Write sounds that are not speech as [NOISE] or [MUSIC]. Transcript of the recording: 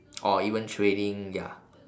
[NOISE] or even trading ya